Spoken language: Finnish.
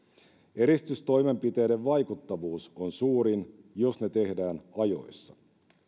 eristystoimenpiteiden vaikuttavuus on suurin jos ne tehdään ajoissa